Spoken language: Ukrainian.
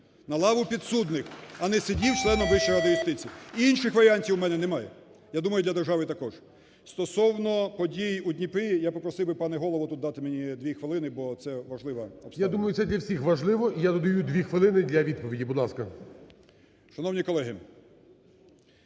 на лаву підсудних, а не сидів членом Вищої ради юстиції. Інших варіантів у мене немає. Я думаю, для держави також. Стосовно подій у Дніпрі, я попросив би, пане Голово, тут дати мені дві хвилини, бо це важлива обставина. ГОЛОВУЮЧИЙ. Я думаю, це для всіх важливо і я додаю дві хвилини для відповіді, будь ласка. 13:29:03